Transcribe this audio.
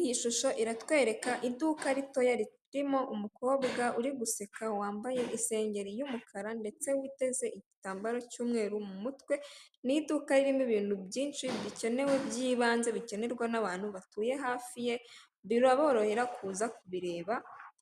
Iyi shusho iratwereka iduka ritoya, ririmo umukobwa uri guseka, wambaye isengeri y'umukara, ndetse witeze igitambaro cy'umweru mu mutwe, ni iduka ririmo ibintu byinshi bikenewe, by'ibanze, bikenerwa n'abantu batuye hafi ye, biraborohera kuza kubireba,